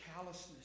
callousness